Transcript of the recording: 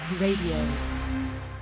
RADIO